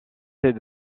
c’est